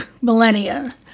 millennia